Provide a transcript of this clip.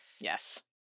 Yes